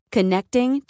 Connecting